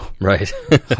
Right